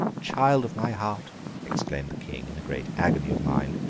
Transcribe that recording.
child of my heart exclaimed the king, in a great agony of mind.